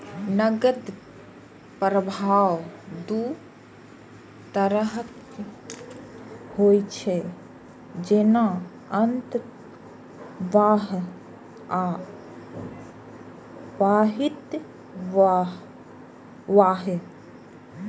नकद प्रवाह दू तरहक होइ छै, जेना अंतर्वाह आ बहिर्वाह